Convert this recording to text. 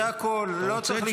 זה הכול, לא צריך לקפוץ.